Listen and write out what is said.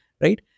right